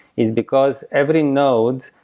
is because every node,